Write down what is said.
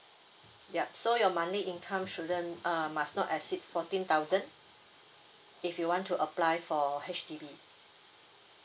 yup so your monthly income shouldn't uh must not exceed fourteen thousand if you want to apply for H_D_B